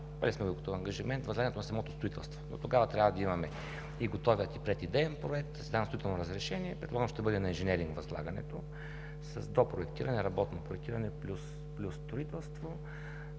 Поели сме като ангажимент възлагането на самото строителство. Дотогава трябва да имаме и готов идеен проект със строително разрешение. Предполагам, че ще бъде инженеринг възлагане с допроектиране – работно проектиране плюс строителство,